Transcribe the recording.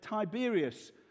Tiberius